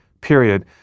period